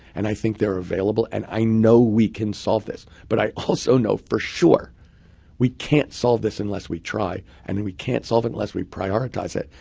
and i think they're available. and i know we can solve this. but i also know for sure we can't solve this unless we try. and and we can't solve it unless we prioritize it.